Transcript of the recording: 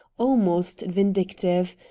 almost vindictive.